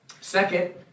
Second